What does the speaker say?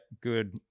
good